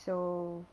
so